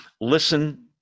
Listen